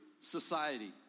society